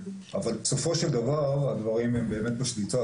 אבל בסופו של דבר הדברים הם באמת בשליטה